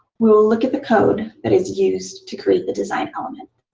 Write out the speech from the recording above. we will look at the code that is used to create the design element.